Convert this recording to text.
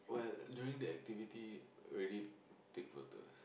well during the activity already take photos